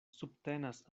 subtenas